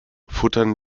futtern